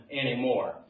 anymore